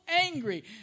angry